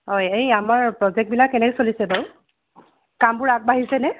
হয় এই আমাৰ প্ৰজেক্টবিলাক কেনে চলিছে বাৰু কামবোৰ আগবাঢ়িছেনে